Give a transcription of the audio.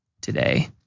today